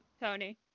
Tony